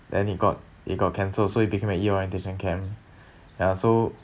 then it got it got cancelled so it became a E orientation camp ya so